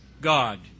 God